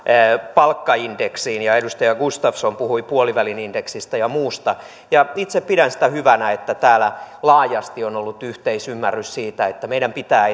palkkaindeksiin ja edustaja gustafsson puhui puolivälin indeksistä ja muusta itse pidän sitä hyvänä että täällä laajasti on ollut yhteisymmärrys siitä että meidän pitää